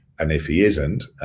and if he isn't,